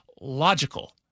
logical